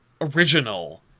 original